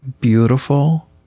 beautiful